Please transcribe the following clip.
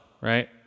right